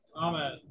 Amen